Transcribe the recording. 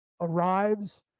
arrives